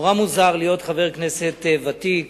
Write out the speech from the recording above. נורא מוזר להיות חבר כנסת ותיק